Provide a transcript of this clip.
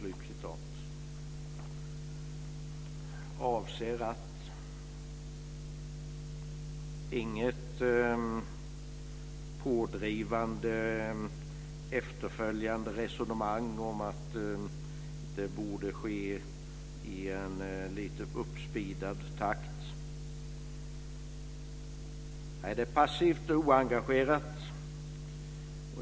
Det finns inget pådrivande efterföljande resonemang om att det borde ske i en lite uppspeedad takt. Det är passivt och oengagerat.